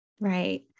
Right